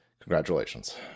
Congratulations